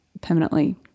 permanently